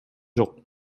жок